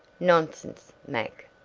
nonsense, mac.